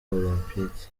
olempike